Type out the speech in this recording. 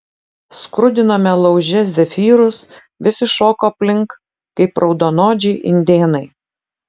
skrudinome lauže zefyrus visi šoko aplink kaip raudonodžiai indėnai